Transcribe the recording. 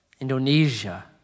Indonesia